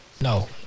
No